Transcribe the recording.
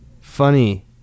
Funny